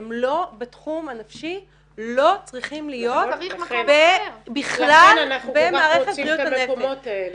שהם לא בתחום הנפשי לא צריכים להיות בכלל במערכת בריאות הנפש.